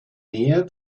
nähe